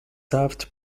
served